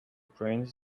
brains